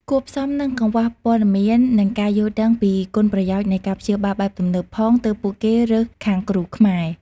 គួបផ្សំនឹងកង្វះព័ត៌មាន និងការយល់ដឹងពីគុណប្រយោជន៍នៃការព្យាបាលបែបទំនើបផង ទើបពួកគេរើសខាងគ្រូខ្មែរ។